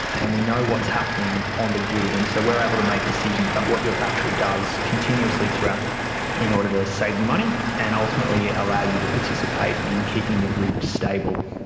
and we know what's happening on the grid. and so we are able to make decisions about what your battery does continuously throughout the day in order to save you money and ultimately allow you to participate in keeping the grid stable.